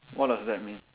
what does that mean